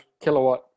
kilowatt